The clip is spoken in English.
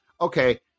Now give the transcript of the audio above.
okay